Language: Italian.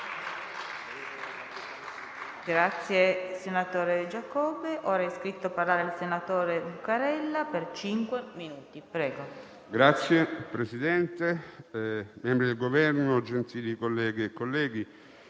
Signor Presidente, membri del Governo, gentili colleghe e colleghi,